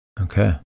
Okay